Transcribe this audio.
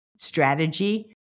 strategy